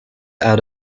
out